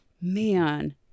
man